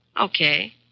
Okay